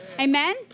Amen